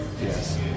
Yes